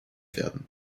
werden